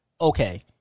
okay